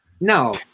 No